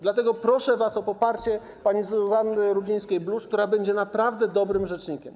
Dlatego proszę was o poparcie pani Zuzanny Rudzińskiej-Bluszcz, która będzie naprawdę dobrym rzecznikiem.